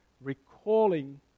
recalling